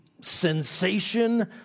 sensation